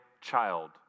child